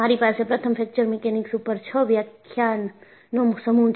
મારી પાસે પ્રથમ ફ્રેક્ચર મીકેનીક્સ ઉપર છ વ્યાખ્યાનનો સમૂહ છે